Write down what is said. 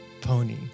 pony